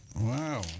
Wow